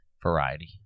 Variety